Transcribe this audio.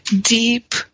deep